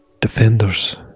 defenders